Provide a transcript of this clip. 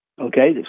Okay